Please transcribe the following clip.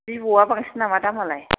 भिभ'आ बांसिन नामा दामालाय